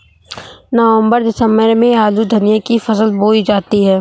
नवम्बर दिसम्बर में आलू धनिया की फसल बोई जाती है?